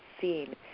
seen